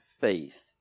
faith